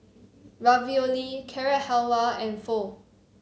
Ravioli Carrot Halwa and Pho